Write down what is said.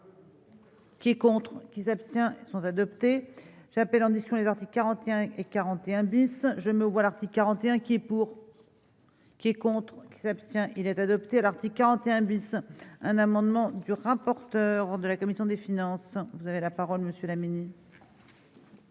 Qui est contre qui s'abstient sont adoptés, j'appelle en discussion : les articles 41 et 41 bis, je me vois l'article 41 qui pour. Qui est contre qui s'abstient, il est adopté l'article 41 bis, un amendement du rapporteur de la commission des finances, vous avez la parole monsieur la.